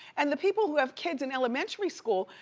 and the people who have kids in elementary school,